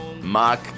Mark